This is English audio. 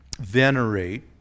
venerate